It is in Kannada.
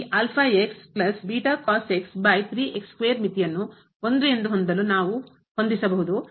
ಈ ಮಿತಿಯನ್ನು 1 ಎಂದು ಹೊಂದಲು ನಾವುಹೊಂದಿಸಬಹುದು